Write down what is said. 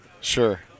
Sure